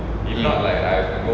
mm